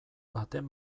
baten